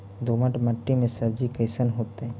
दोमट मट्टी में सब्जी कैसन होतै?